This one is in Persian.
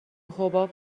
حباب